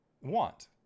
want